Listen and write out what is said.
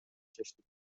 чечтик